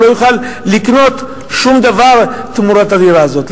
הוא לא יוכל לקנות שום דבר תמורת הדירה הזאת.